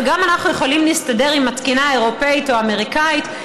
גם אנחנו יכולים להסתדר עם התקינה האירופית או האמריקנית,